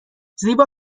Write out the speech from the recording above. زیبا